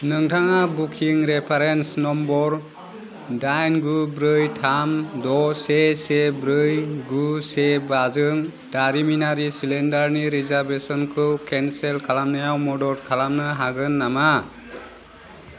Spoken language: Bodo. नोंथाङा बुकिं रेफारेन्स नम्बर दाइन गु ब्रै थाम द' से से ब्रै गु से बाजों दारिमिनारि सिलिन्डारनि रिजार्भेसनखौ केन्सेल खालामनायाव मदद खालामनो हागोन नामा